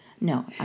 No